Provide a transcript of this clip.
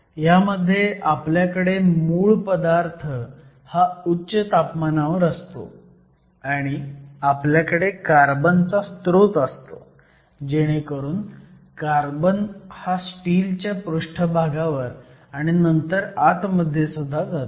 ह्यामध्ये आपल्याकडे मूळ पदार्थ हा उच्च तापमानावर असतो आणि आपल्याकडे कार्बनचा स्रोत असतो जेणेकरून कार्बन हा स्टीलच्या पृष्ठभागावर आणि नंतर आतमध्ये जातो